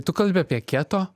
tu kalbi apie keto